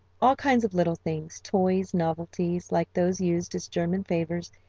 all kinds of little things toys, novelties, like those used as german favors,